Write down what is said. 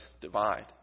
divide